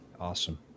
Awesome